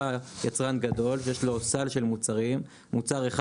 בא יצרן גדול ויש לו סל של מוצרים, מוצר אחד